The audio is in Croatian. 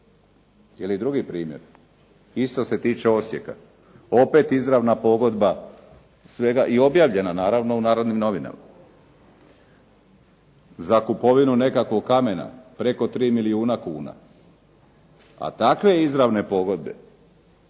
Jedan drugi primjer, isto se tiče Osijeka, opet izravna pogodba sveg i objavljena naravno u "Narodnim novinama" za kupovinu nekakvog kamena preko 3 milijuna kuna, a takve izravne pogodbe